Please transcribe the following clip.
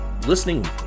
listening